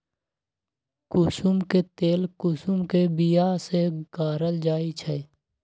कुशुम के तेल कुशुम के बिया से गारल जाइ छइ